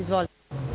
Izvolite.